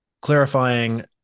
clarifying